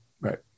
Right